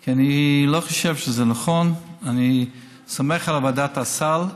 כי אני לא חושב שזה נכון, אני סומך על ועדת הסל.